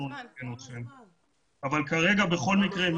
כרגע בכל מקרה,